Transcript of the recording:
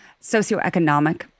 socioeconomic